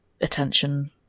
attention